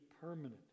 permanent